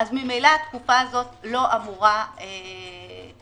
ממילא התקופה הזאת לא אמורה להימנות.